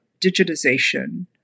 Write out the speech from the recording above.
digitization